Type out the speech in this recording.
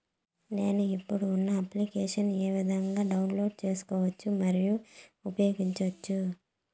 నేను, ఇప్పుడు ఉన్న అప్లికేషన్లు ఏ విధంగా డౌన్లోడ్ సేసుకోవచ్చు మరియు ఉపయోగించొచ్చు?